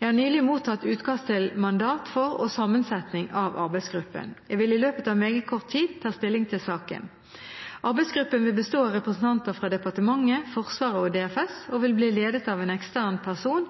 Jeg har nylig mottatt utkast til mandat for og sammensetting av arbeidsgruppen. Jeg vil i løpet av meget kort tid ta stilling i saken. Arbeidsgruppen vil bestå av representanter fra departementet, Forsvaret og DFS, og vil bli ledet av en ekstern person